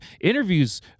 interviews